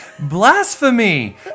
Blasphemy